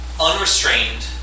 unrestrained